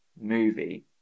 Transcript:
movie